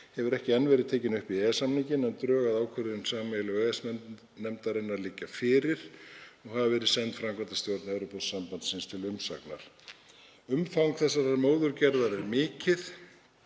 hefur ekki enn verið tekin upp í EES-samninginn en drög að ákvörðun sameiginlegu EES-nefndarinnar liggja fyrir og hafa verið send framkvæmdarstjórn Evrópusambandsins til umsagnar. Umfang þessarar móðurgerðar er mikið,